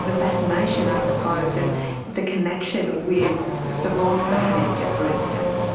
the fascination i suppose and the connection with savant behaviour for instance.